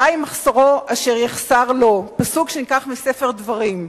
די מחסורו אשר יחסר לו, פסוק מספר דברים.